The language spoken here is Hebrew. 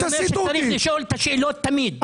אני אומר שצריך לשאול את השאלות תמיד.